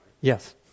Yes